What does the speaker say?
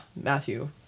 matthew